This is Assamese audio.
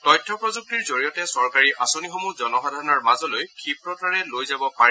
তথ্য প্ৰযুক্তিৰ জৰিয়তে চৰকাৰী আঁচনিসমূহ জনসাধাৰণৰ মাজলৈ ক্ষীপ্ৰতাৰে লৈ যাব পাৰে